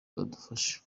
badufasha